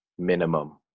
Minimum